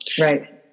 Right